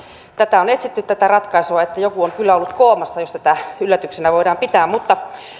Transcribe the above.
tätä ratkaisua on etsitty että joku on kyllä ollut koomassa jos tätä yllätyksenä voi pitää mutta